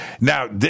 Now